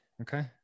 Okay